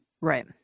Right